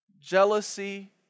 jealousy